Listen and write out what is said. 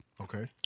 Okay